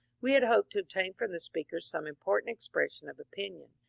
we had hoped to obtain from the speakers some important expression of opinion,